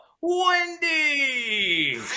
Wendy